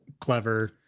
clever